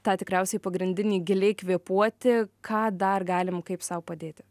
tą tikriausiai pagrindinį giliai kvėpuoti ką dar galim kaip sau padėti